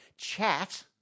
chat